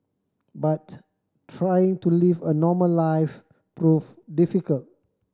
but trying to live a normal life proved difficult